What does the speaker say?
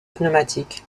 pneumatique